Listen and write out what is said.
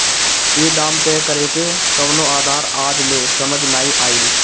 ई दाम तय करेके कवनो आधार आज ले समझ नाइ आइल